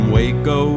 Waco